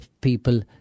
people